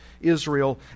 Israel